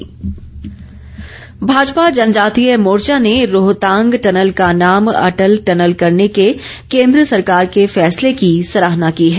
सराहना भाजपा जनजातीय मोर्चा ने रोहतांग टनल का नाम अटल टनल करने के केन्द्र सरकार के फैसले की सराहना की है